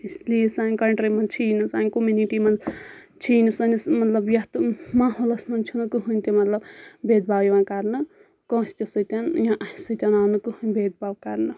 اِسلیے سانہِ کَنٹری منٛز چھِیٖنہٕ سانہِ کومِنِٹی منٛز چھِیٖنہٕ سٲنِس مطلب یَتھ ماحولَس منٛز چھُ نہٕ کٕہٕنۍ تہِ مطلب بید باو یِوان کَرنہٕ کٲنٛسہِ تہِ سۭتۍ یا اَسہِ سۭتۍ آو نہٕ کٕہٕنۍ بید باو کَرنہٕ